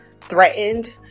threatened